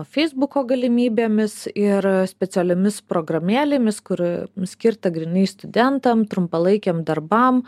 feisbuko galimybėmis ir specialiomis programėlėmis kur skirta grynai studentam trumpalaikiam darbam